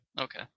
Okay